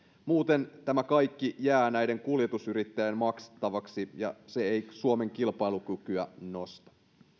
muuten tämä kaikki jää kuljetusyrittäjien maksettavaksi ja se ei suomen kilpailukykyä nosta